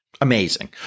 Amazing